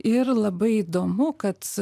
ir labai įdomu kad